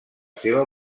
seva